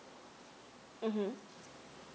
mm